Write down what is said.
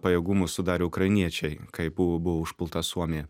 pajėgumų sudarė ukrainiečiai kai buvo buvo užpulta suomija